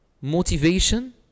motivation